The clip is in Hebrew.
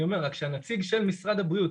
רק אני אומר שהנציג של משרד הבריאות,